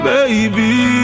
Baby